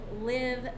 live